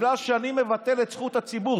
בגלל שאני מבטל את זכות הציבור.